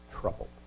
troubled